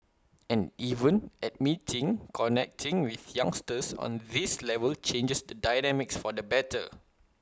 and even admitting connecting with youngsters on this level changes the dynamics for the better